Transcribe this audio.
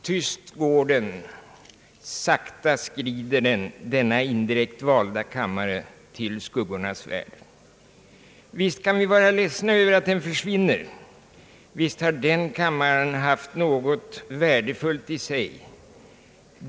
Tyst går den, sakta skrider den, denna indirekt valda kammare, till skuggornas värld. Visst kan vi vara ledsna över att den försvinner. Visst har denna kammare haft något värdefullt i sig.